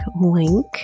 link